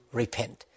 repent